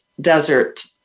desert